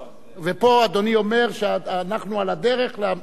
ופה אדוני אומר שאנחנו על הדרך לבצע זאת.